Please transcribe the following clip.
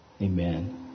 Amen